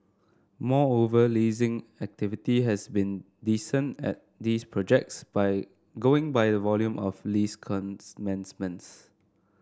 moreover leasing activity has been decent at these projects by going by the volume of lease commencements